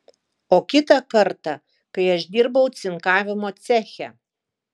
o kitą kartą kai aš dirbau cinkavimo ceche